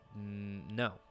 No